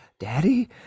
Daddy